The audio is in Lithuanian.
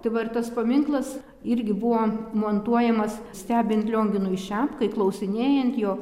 tai va ir tas paminklas irgi buvo montuojamas stebint lionginui šepkai klausinėjant jo